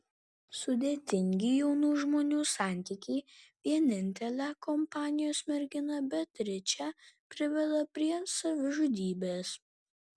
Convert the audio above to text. sudėtingi jaunų žmonių santykiai vienintelę kompanijos merginą beatričę priveda prie savižudybės